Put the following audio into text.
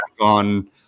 on